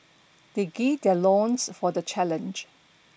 they gird their loins for the challenge